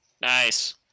Nice